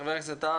חבר הכנסת טאהא,